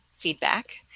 feedback